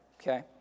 okay